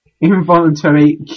Involuntary